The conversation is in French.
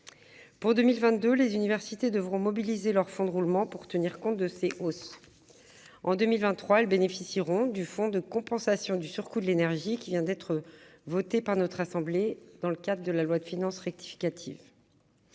Pour 2022, les universités devront mobiliser leurs fonds de roulement pour tenir compte de ces hausses. En 2023, elles bénéficieront du fonds de compensation du surcoût de l'énergie qui vient d'être voté par notre assemblée en projet de loi de finances rectificative.